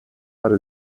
para